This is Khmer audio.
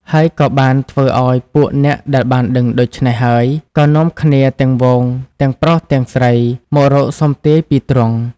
ហើយក៏បានធ្វើអោយពួកអ្នកដែលបានដឹងដូច្នេះហើយ ក៏នាំគ្នាទាំងហ្វូងទាំងប្រុសស្រី មករកសុំទាយពីទ្រង់ ។